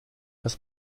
was